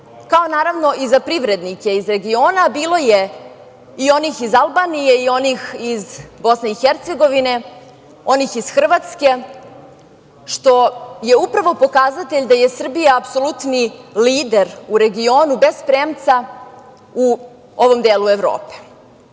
kao naravno i za privrednike iz regiona, a bilo je i onih iz Albanije, onih iz BiH, onih iz Hrvatske, što je upravo pokazatelj da je Srbija apsolutni lider u regionu bez premca u ovom delu Evrope. Da